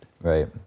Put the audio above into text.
Right